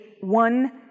one